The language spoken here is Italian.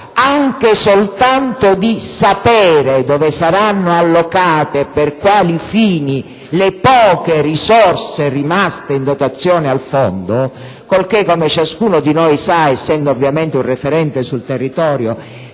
anche soltanto di sapere dove saranno allocate, e per quali fini, le poche risorse rimaste in dotazione al Fondo. In questo modo, come ciascuno di noi sa, essendo ovviamente un referente sul territorio,